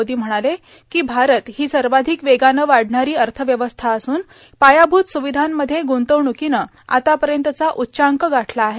मोदी म्हणाले की भारत ही सर्वाधिक वेगानं वाढणारी अर्थव्यवस्था असून पायाभूत सुविधांमध्ये गुंतवणुकीनं आतापर्यतचा उच्चांक गाठला आहे